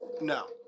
No